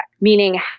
Meaning